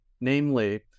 namely